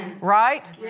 right